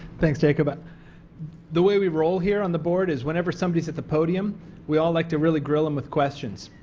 thanks jacob but the way we roll here on the board is whenever somebody's at the podium we all like to really grill him with questions.